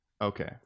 Okay